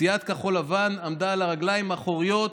סיעת כחול לבן עמדה על הרגליים האחוריות: